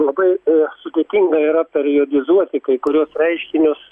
labai sudėtinga yra periodizuoti kai kuriuos reiškinius